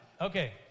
Okay